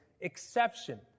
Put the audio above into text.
exception